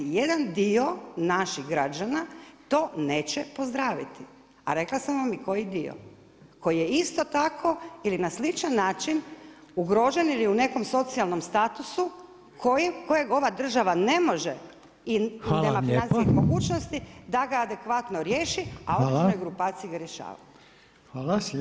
Jedan dio naših građana to neće pozdraviti, a rekla sam vam i koji dio koji je isto tako ili na sličan način ugrožen ili u nekom socijalnom statusu kojeg ova država ne može i nema financijskih mogućnosti [[Upadica Reiner: Hvala lijepo.]] da ga adekvatno riješi, a određene grupacije ga rješavaju.